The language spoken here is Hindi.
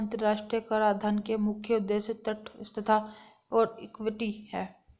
अंतर्राष्ट्रीय कराधान के मुख्य उद्देश्य तटस्थता और इक्विटी हैं